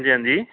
हां जी हां जी